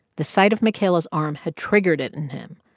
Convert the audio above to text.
the sight of makayla's arm had triggered it in him,